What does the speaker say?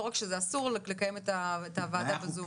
לא רק שזה אסור לקיים את הוועדה בזום.